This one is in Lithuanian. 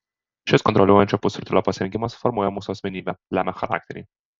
šis kontroliuojančio pusrutulio pasirinkimas formuoja mūsų asmenybę lemia charakterį